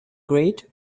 grate